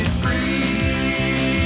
free